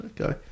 Okay